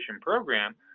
Program